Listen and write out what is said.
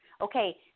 Okay